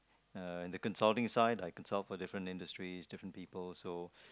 uh the consulting side I consult for different industry different people so